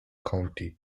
county